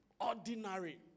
ordinary